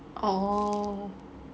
oh